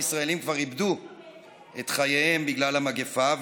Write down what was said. איבדו את חייהם בגלל המגפה,